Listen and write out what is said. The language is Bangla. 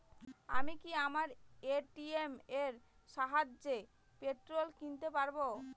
আমি কি আমার এ.টি.এম এর সাহায্যে পেট্রোল কিনতে পারব?